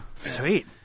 Sweet